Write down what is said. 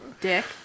Dick